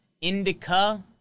Indica